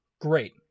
Great